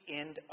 end